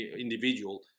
individual